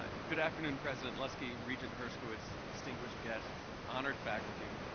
ah good afternoon president loeschke, regent herskowitz, distinguished guests, honored faculty,